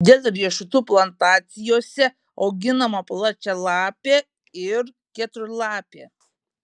dėl riešutų plantacijose auginama plačialapė ir keturlapė